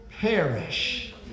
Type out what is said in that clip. perish